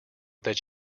that